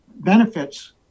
benefits